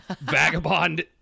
Vagabond